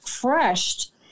crushed